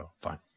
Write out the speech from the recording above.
Fine